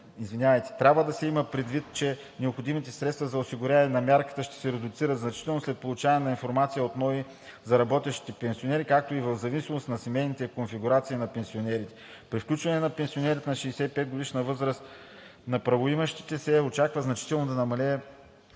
Трябва да се има предвид, че необходимите средства за осигуряване на мярката ще се редуцират значително след получаване на информация от НОИ за работещите пенсионери, както и в зависимост от семейните конфигурации на пенсионерите. При включване на пенсионерите над 65 години броят на правоимащите се очаква значително да намалее